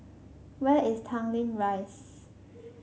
where is Tanglin Rise